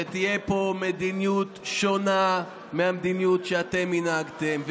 ותהיה פה מדיניות שונה מהמדיניות שאתם התנהגתם.